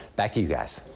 back to you guys.